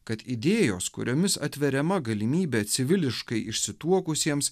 kad idėjos kuriomis atveriama galimybė civiliškai išsituokusiems